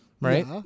right